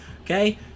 Okay